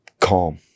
calm